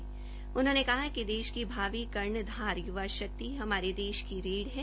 राज्यपाल ने कहा कि देश की भावी कर्णधार य्वा शक्ति हमारे देश की रीढ़ है